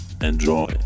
enjoy